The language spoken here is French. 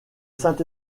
saint